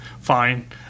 fine